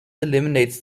eliminates